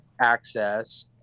Access